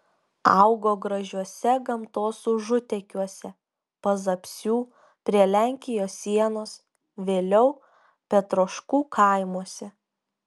augo gražiuose gamtos užutekiuose pazapsių prie lenkijos sienos vėliau petroškų kaimuose